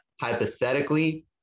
hypothetically